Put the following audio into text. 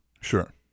Sure